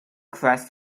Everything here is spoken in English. crest